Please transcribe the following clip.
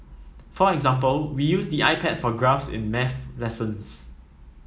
for example we use the iPad for graphs in maths lessons